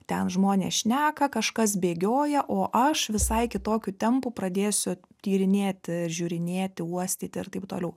ten žmonės šneka kažkas bėgioja o aš visai kitokiu tempu pradėsiu tyrinėti žiūrinėti uostyti ir taip toliau